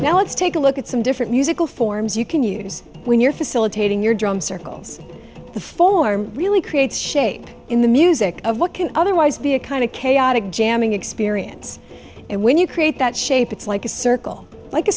now let's take a look at some different musical forms you can use when you're facilitating your drum circles the former really creates shape in the music of what can otherwise be a kind of chaotic jamming experience and when you create that shape it's like a circle like a